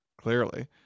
clearly